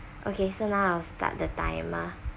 okay so now I'll start the timer